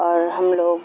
اور ہم لوگ